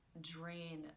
drain